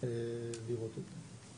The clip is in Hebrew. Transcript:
לראות את זה.